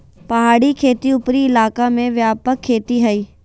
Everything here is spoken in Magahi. पहाड़ी खेती उपरी इलाका में व्यापक खेती हइ